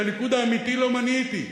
את הליכוד האמיתי לא מניתי,